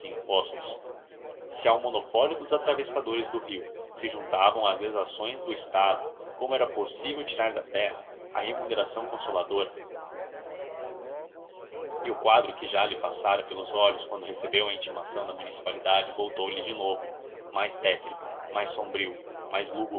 impostos se ao monopólio dos atravessadores do rio se juntavam as exações do estado como era possível tirar da terra a remuneração consoladora e o quadro que já lhe passara pelos olhos quando recebeu a intimação da municipalidade voltoulhe de novo mais tétrico mais sombrio mais